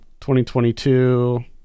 2022